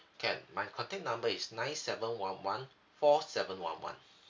can my contact number is nine seven one one four seven one one